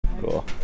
Cool